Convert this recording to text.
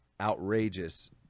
outrageous